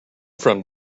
from